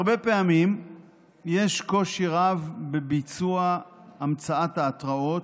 הרבה פעמים יש קושי רב בביצוע המצאת ההתראות,